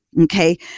okay